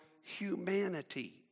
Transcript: humanity